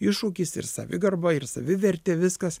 iššūkis ir savigarba ir savivertė viskas